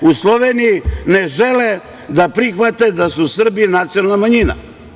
U Sloveniji ne žele da prihvate da su Srbi nacionalna manjina.